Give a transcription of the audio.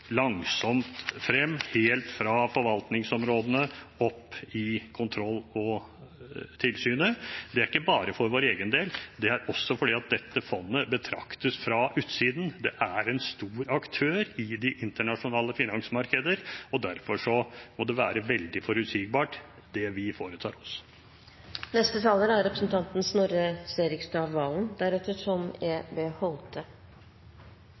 langsomt frem helt fra forvaltningsområdene og opp til kontroll og tilsyn. Det er ikke bare for vår egen del, det er også fordi dette fondet betraktes fra utsiden. Det er en stor aktør i de internasjonale finansmarkeder. Derfor må det være veldig forutsigbart det vi foretar oss. Jeg vil gratulere interpellanten med dagen og takke ham for å reise en veldig viktig sak. Representanten